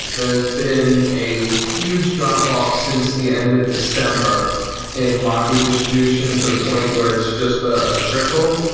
there's been a huge drop off since the end of december in locky distribution to the point where it's just a trickle.